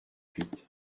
huit